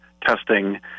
testing